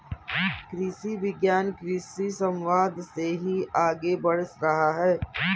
कृषि विज्ञान कृषि समवाद से ही आगे बढ़ रहा है